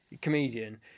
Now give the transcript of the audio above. Comedian